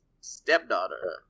stepdaughter